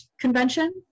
convention